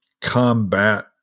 combat